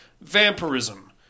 vampirism